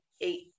eight